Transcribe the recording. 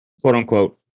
quote-unquote